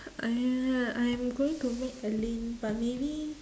uh I am going to make alyn but maybe